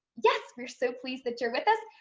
yes, we're so pleased that you're with us.